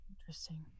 Interesting